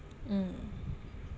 mm